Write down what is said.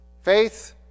Faith